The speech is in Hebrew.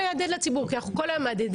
אין שום בעיה.